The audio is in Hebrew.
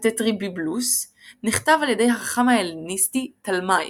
הטטרביבלוס, נכתב על ידי החכם ההלניסטי תלמי,